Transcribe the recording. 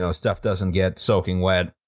so stuff doesn't get soaking wet.